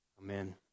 Amen